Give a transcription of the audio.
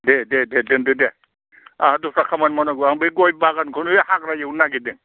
दे दे दे दोनदो दे आंहा दस्रा खामानि मावनांगौ आं बे गयबागानखौनो हाग्रा एवनो नागेरदों